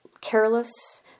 careless